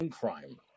crime